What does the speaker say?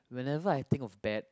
whenever I think of bad